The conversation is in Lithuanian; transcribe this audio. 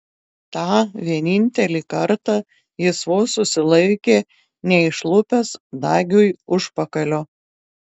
tą vienintelį kartą jis vos susilaikė neišlupęs dagiui užpakalio